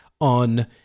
on